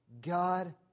God